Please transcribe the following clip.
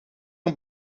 een